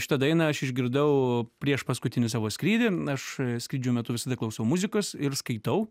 šitą dainą aš išgirdau prieš paskutinį savo skrydį aš skrydžių metu visąlaik klausau muzikos ir skaitau